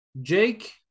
Jake